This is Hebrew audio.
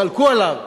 חלקו עליו.